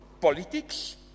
politics